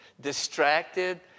distracted